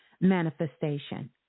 manifestation